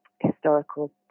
historical